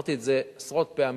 אמרתי את זה עשרות פעמים,